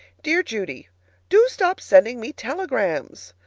dear judy do stop sending me telegrams!